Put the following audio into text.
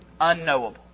Unknowable